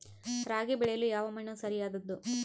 ರಾಗಿ ಬೆಳೆಯಲು ಯಾವ ಮಣ್ಣು ಸರಿಯಾದದ್ದು?